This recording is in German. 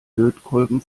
lötkolben